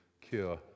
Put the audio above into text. cure